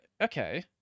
Okay